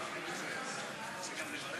יוליה, כל